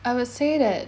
I would say that